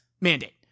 mandate